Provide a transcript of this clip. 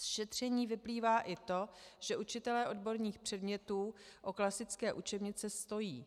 Z šetření vyplývá i to, že učitelé odborných předmětů o klasické učebnice stojí.